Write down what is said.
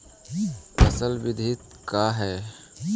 फसल वृद्धि का है?